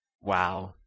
Wow